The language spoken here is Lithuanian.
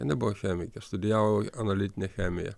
jinai buvo chemikė studijavo analitinę chemiją